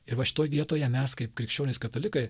ir va šitoj vietoje mes kaip krikščionys katalikai